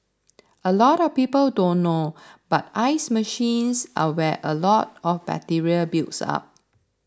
a lot of people don't know but ice machines are where a lot of bacteria builds up